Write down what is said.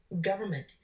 government